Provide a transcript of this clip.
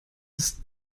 dass